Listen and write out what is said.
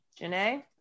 Janae